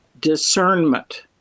discernment